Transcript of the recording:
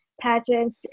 Pageant